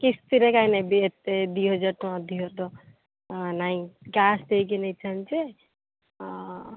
କିସ୍ତିରେ କାଇଁ ନେବି ଏତେ ଦୁଇହଜାର ଟଙ୍କା ଅଧିକ ତ ନାଇଁ କ୍ୟାସ୍ ଦେଇକି ନେଇଥାନ୍ତି ଯେ ଆଉ